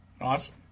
Awesome